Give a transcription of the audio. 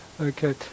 Okay